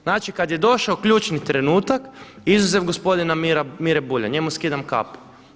Znači kad je došao ključni trenutak, izuzev gospodina Mire Bulja, njemu skidam kapu.